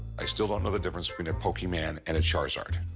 i still don't know the difference between a pokeman and a charizard.